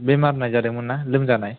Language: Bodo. बेमार नायजादोंमोन ना लोमजानाय